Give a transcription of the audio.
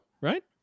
Right